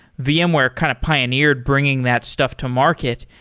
vmware kind of pioneered bringing that stuff to market.